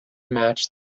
match